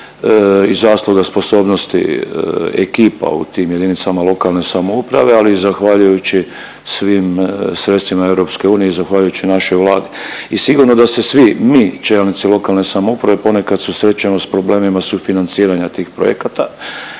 i zasluga sposobnosti ekipa u tim JLS, ali i zahvaljujući svim sredstvima EU i zahvaljujući našoj Vladi i sigurno da se svi mi čelnici lokalne samouprave ponekad susrećemo s problemima sufinanciranja tih projekata